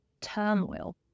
turmoil